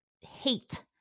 hate